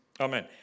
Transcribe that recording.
Amen